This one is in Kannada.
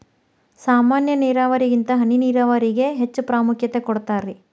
ಸಾಮಾನ್ಯ ನೇರಾವರಿಗಿಂತ ಹನಿ ನೇರಾವರಿಗೆ ಹೆಚ್ಚ ಪ್ರಾಮುಖ್ಯತೆ ಕೊಡ್ತಾರಿ